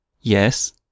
Yes